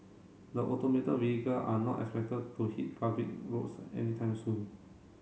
the automated vehicle are not expected to hit public roads anytime soon